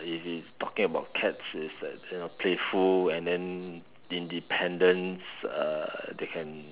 if if talking about cats is that you know playful and then independence uh they can